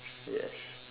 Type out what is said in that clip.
yes